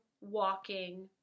walking